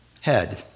head